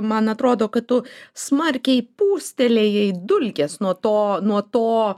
man atrodo kad tu smarkiai pūstelėjai dulkes nuo to nuo to